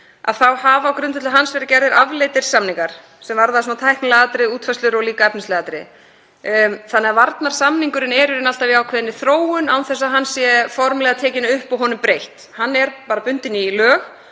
þá hafa á grundvelli hans verið gerðir afleiddir samningar sem varða tæknileg atriði, útfærslur og líka efnisleg atriði. Varnarsamningurinn er þannig í raun alltaf í ákveðinni þróun án þess að hann sé formlega tekinn upp og honum breytt. Hann er bara bundinn í lög